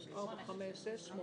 הצבעה בעד ההסתייגות 6 נגד, 8 נמנעים,